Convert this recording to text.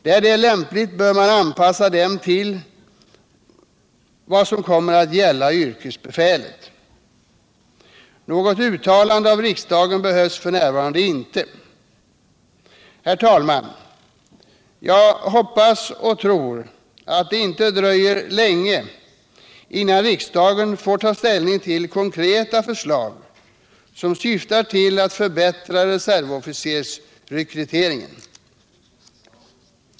Där det är lämpligt bör man anpassa dem till vad som kommer att gälla yrkesbefälet. Något uttalande av riksdagen behövs f. n. inte. Herr talman! Jag hoppas och tror att det inte dröjer länge, innan riksdagen får ta ställning till konkreta förslag som syftar till att förbättra reservofficersrekryteringen.